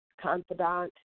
confidant